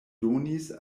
donis